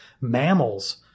Mammals